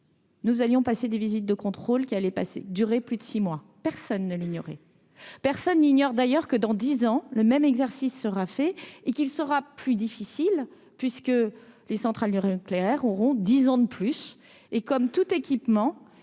Nous allions passer des visites de contrôle qui allait pas durer plus de 6 mois, personne ne l'ignorez, personne n'ignore d'ailleurs que dans 10 ans, le même exercice sera fait et qu'il sera plus difficile puisque les centrales nucléaires auront dix ans de plus et comme tout équipement,